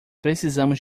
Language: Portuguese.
precisamos